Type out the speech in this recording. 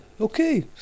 okay